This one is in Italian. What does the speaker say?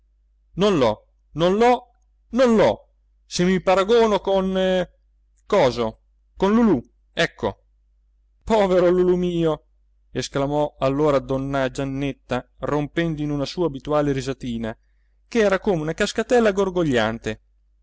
non l'ho non l'ho non l'ho se mi paragono con coso con lulù ecco povero lulù mio esclamò allora donna giannetta rompendo in una sua abituale risatina ch'era come una cascatella gorgogliante ma